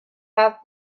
have